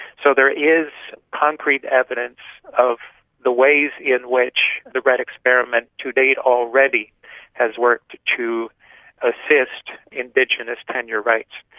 so there is concrete evidence of the ways in which the redd experiment to date already has worked to to assist indigenous tenure rights.